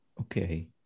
okay